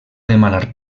demanar